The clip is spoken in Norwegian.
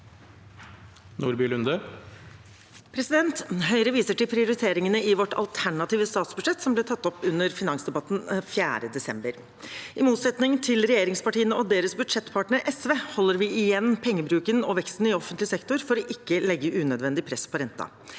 Jeg viser til prioriteringene i Høyres alternative statsbudsjett, som ble tatt opp under finansdebatten 4. desember. I motsetning til regjeringspartiene og deres budsjettpartner SV holder vi igjen pengebruken og veksten i offentlig sektor for å ikke legge unødvendig press på renten.